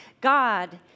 God